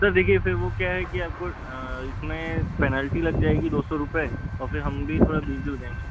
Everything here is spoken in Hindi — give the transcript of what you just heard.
सर देखिये फिर वो क्या है कि आपको इसमें पेनाल्टी लग जाएगी दो सौ रुपये और फिर हम भी थोड़ा बिज़ी हो जाएंगे